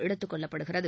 எடுத்துக் கொள்ளப்படுகிறது